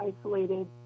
isolated